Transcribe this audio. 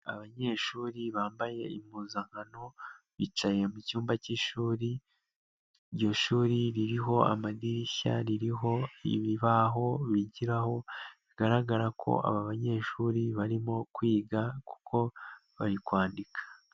Abanyeshuri bambaye impuzankano, bicaye mu cyumba k'ishuri, iryo shuri ririho amadirishya ririho ibibaho bigiraho bigaragara ko aba banyeshuri barimo kwiga kuko bari kwandika.